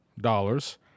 Dollars